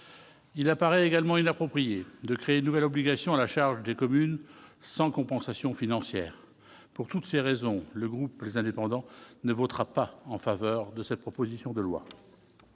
Il apparaît également inapproprié de créer de nouvelles obligations à la charge des communes sans compensation financière pour toutes ces raisons, le groupe les indépendants ne votera pas en faveur de cette proposition de loi.